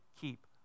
keep